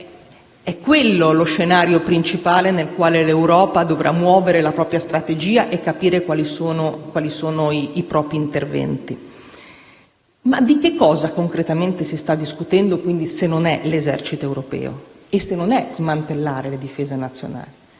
quello è lo scenario principale in cui l'Europa dovrà muovere la propria strategia e capire i propri interventi. Di cosa concretamente si sta discutendo se non dell'esercito europeo e se non di smantellare le difese nazionali?